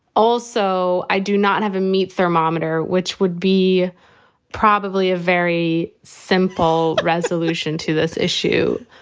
also, i do not have a meat thermometer, which would be probably a very simple resolution to this issue.